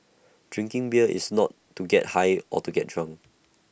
drinking beer is not to get high or get drunk